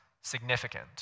significant